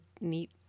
neat